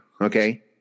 okay